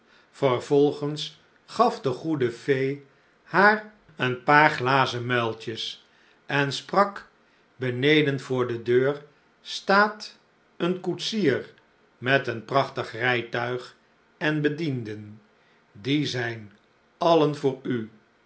vervolgens gaf de goede fee haar een paar glazen j j a goeverneur oude sprookjes muiltjes en sprak beneden voor de deur staat een koetsier met een prachtig rijtuig en bedienden die zijn allen voor u